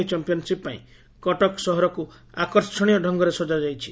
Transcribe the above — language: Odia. ଏହି ଚମ୍ମିଆନ୍ସିପ୍ ପାଇଁ କଟକ ସହରକୁ ଆକର୍ଷଣୀୟ ଡ଼ଙଗରେ ସଜାଯାଇଛି